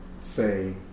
say